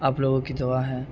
آپ لوگوں کی دعا ہے